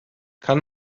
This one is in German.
kann